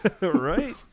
Right